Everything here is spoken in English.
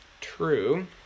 True